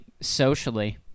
socially